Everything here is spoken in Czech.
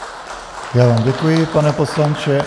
Já vám děkuji, pane poslanče.